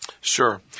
Sure